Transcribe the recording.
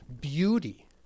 Beauty